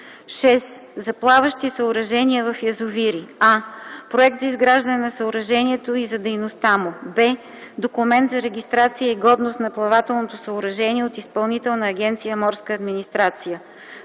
6. за плаващи съоръжения в язовири: а) проект за изграждане на съоръжението и за дейността му; б) документ за регистрация и годност на плавателното съоръжение от Изпълнителна агенция „Морска администрация”;